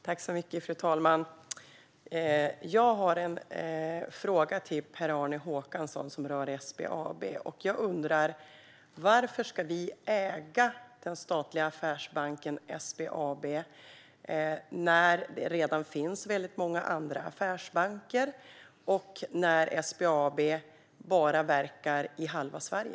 Fru talman! Jag har en fråga till Per-Arne Håkansson som rör SBAB. Jag undrar: Varför ska vi äga den statliga affärsbanken SBAB när det redan finns många andra affärsbanker och när SBAB bara verkar i halva Sverige?